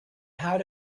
how